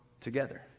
together